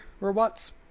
robots